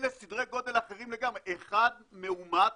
אלה סדרי גודל אחרים לגמרי אחד מאומת